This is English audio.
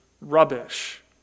rubbish